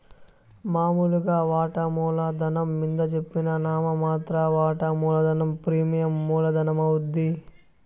మామూలుగా వాటామూల ధనం మింద జెప్పిన నామ మాత్ర వాటా మూలధనం ప్రీమియం మూల ధనమవుద్ది